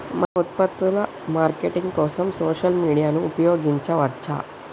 మన ఉత్పత్తుల మార్కెటింగ్ కోసం సోషల్ మీడియాను ఉపయోగించవచ్చా?